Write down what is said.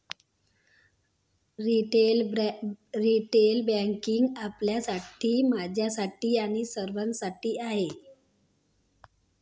retail banking आपल्यासाठी, माझ्यासाठी आणि सर्वांसाठी आहे